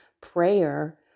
prayer